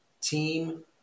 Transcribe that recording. team